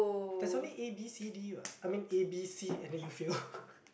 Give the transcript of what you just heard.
there's only A_B_C_D what I mean A_B_C and then you fail